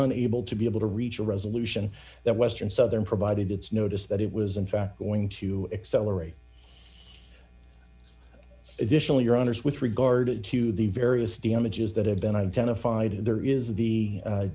unable to be able to reach a resolution that western southern provided its notice that it was in fact going to accelerate additional your honour's with regard to the various damages that have been identified and there is the